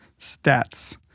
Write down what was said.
stats